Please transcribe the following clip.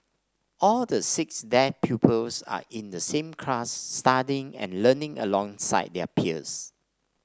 all the six deaf pupils are in the same class studying and learning alongside their peers